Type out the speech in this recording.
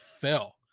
fell